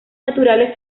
naturales